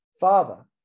Father